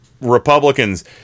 Republicans